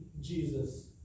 Jesus